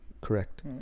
Correct